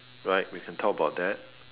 right we can talk about that